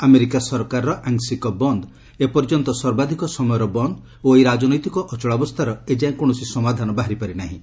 America ସରକାରର ଆଂଶିକ ବନ୍ଦ ଏପର୍ଯ୍ୟନ୍ତ ସର୍ବାଧକ ସମୟର ବନ୍ଦ ଓ ଏହି ରାଜନୈତିକ ଅଚଳାବସ୍କାର ଏଯାଏଁ କୌଣସି ସମାଧାନ ବାହାରିପାରିନାହିଁ